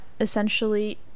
essentially